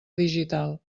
digital